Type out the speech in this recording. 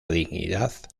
dignidad